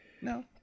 No